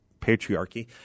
patriarchy